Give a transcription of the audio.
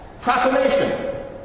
Proclamation